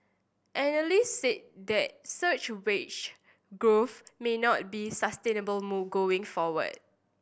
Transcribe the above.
analysts said that such wage growth may not be sustainable going forward